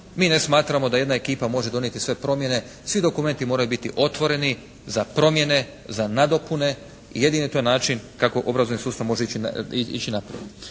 Mi ne smatramo da jedna ekipa može donijeti sve promjene, svi dokumenti moraju biti otvoreni za promjene, za nadopune, jedini je to način kako obrazovni sustav može ići naprijed.